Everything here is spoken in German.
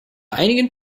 einigen